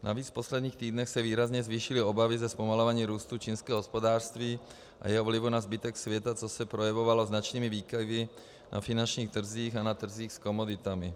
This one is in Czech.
Navíc v posledních týdnech se výrazně zvýšily obavy ze zpomalování růstu čínského hospodářství a jeho vlivu na zbytek světa, což se projevovalo značnými výkyvy na finančních trzích a na trzích s komoditami.